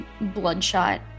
bloodshot